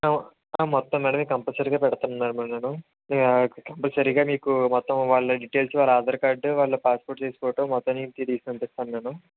మొ మొత్తం అనేది కంపల్సరిగా పెడతాను అండి నేను కంపల్సరిగా మీకు మొత్తం వాళ్ళ డీటెయిల్స్ వాళ్ళ ఆధార్ కార్డు వాళ్ళ పాస్పోర్ట్ సైజ్ ఫోటో మొత్తం తిరిగి పంపిస్తాను నేను